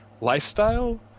lifestyle